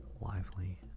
Lively